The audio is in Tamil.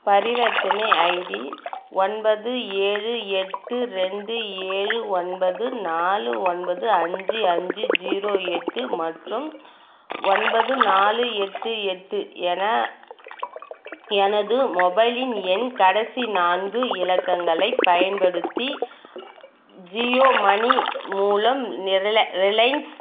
பரிவர்த்தனை ஐடி ஒன்பது ஏழு எட்டு ரெண்டு ஏழு ஒன்பது நாலு ஒன்பது அஞ்சு அஞ்சு ஜீரோ எட்டு மற்றும் ஒன்பது நாலு எட்டு எட்டு என எனது மொபைலின் எண் கடைசி நான்கு இலக்கங்களைப் பயன்படுத்தி ஜியோ மணி மூலம் நிரல ரிலையன்ஸ்